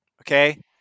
okay